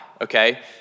okay